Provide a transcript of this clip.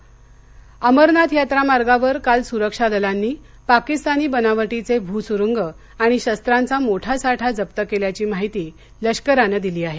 अमरनाथ यात्रा अमरनाथ यात्रा मार्गावर काल सुरक्षा दलांनी पाकिस्तानी बनावटीचे भूसुरुंग आणि शस्त्रांचा मोठा साठा जप्त केल्याची माहिती लष्करानं दिली आहे